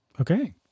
Okay